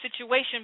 situation